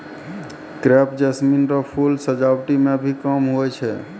crepe jasmine रो फूल सजावटी मे भी काम हुवै छै